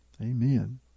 Amen